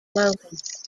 mountains